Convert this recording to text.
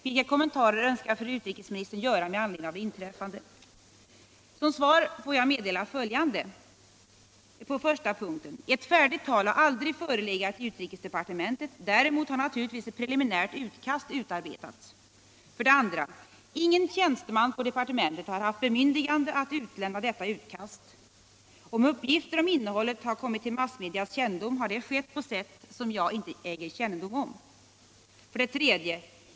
Vilka kommentarer önskar fru utrikesministern göra med anledning av det inträffade? Som svar får jag meddela följande: 1. Ett färdigt tal har aldrig förelegat i utrikesdepartementet. Däremot har naturligtvis ett preliminärt utkast utarbetats. 2. Ingen tjänsteman på departementet har haft bemyndigande att lämna ut detta utkast. Om uppgifter om innehållet kommit till massmedias kännedom har det skett på sätt som jag inte känner till. 3.